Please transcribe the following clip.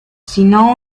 sino